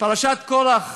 פרשת קורח,